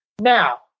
Now